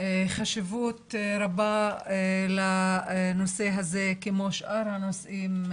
חשיבות רבה לנושא הזה כמו שאר הנושאים,